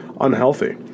unhealthy